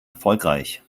erfolgreich